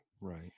right